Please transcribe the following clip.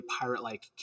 pirate-like